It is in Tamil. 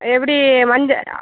எப்படி வந்து